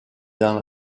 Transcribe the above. dans